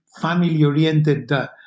family-oriented